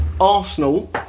Arsenal